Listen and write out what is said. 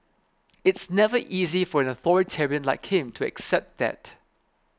it's never easy for an authoritarian like him to accept that